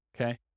okay